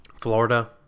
Florida